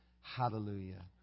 Hallelujah